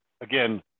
again